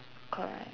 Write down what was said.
correct